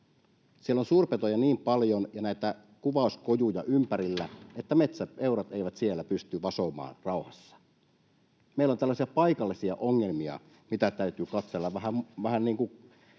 Siellä on suurpetoja ja näitä kuvauskojuja ympärillä niin paljon, että metsäpeurat eivät siellä pysty vasomaan rauhassa. Meillä on tällaisia paikallisia ongelmia, mitä täytyy katsella vähän niin kuin